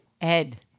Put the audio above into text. Ed